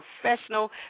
professional